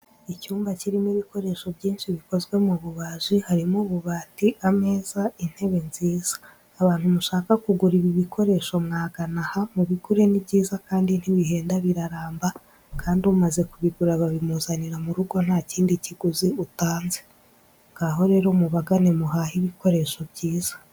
Icyumba kirimo ibikoresho byinshi bikozwe mu bubaji harimo ububati, ameza, intebe nziza. Abantu mushaka kugura ibi bikoresho mwagana aha, mubigure ni byiza kandi ntibihenda biraramba kandi umaze kubigura babimuzanira mu rugo nta kindi kiguzi utanze. Ngaho rero mubagane muhahe ibikoresho byiza.